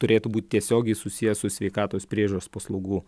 turėtų būt tiesiogiai susiję su sveikatos priežiūros paslaugų